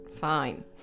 Fine